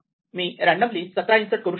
मी randomly 17 insert करू शकतो